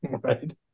right